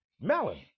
melon